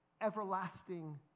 everlasting